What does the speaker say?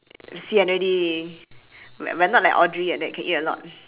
sian already like we~ we're not like audrey like that can eat a lot